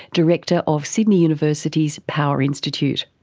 director of sydney university's power institute.